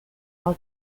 all